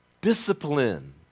Discipline